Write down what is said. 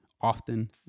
often